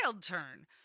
turn